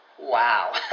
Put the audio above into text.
Wow